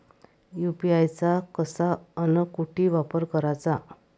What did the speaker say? UPI चा कसा अन कुटी वापर कराचा?